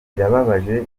birababaje